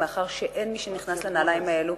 מאחר שאין מי שנכנס לנעליים האלו,